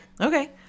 Okay